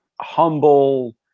humble